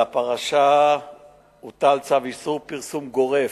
על הפרשה הוטל צו איסור פרסום גורף,